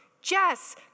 Jess